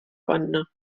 panna